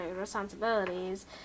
responsibilities